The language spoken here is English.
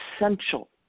essential